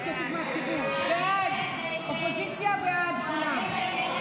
הסתייגות 153 לא נתקבלה 46 בעד, 55 נגד.